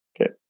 Okay